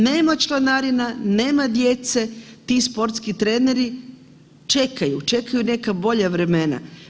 Nema članarina, nema djece ti sportski treneri čekaju, čekaju neka bolja vremena.